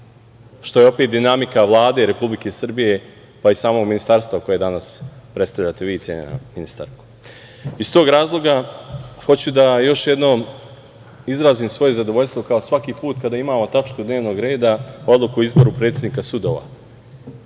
što je opet dinamika Vlade Republike Srbije, pa i samog ministarstva, koje danas predstavljate vi, cenjena ministarko. Iz tog razloga, hoću da još jednom izrazim svoje zadovoljstvo kao svaki put kada imamo tačku dnevnog reda odluku o izboru predsednika sudova.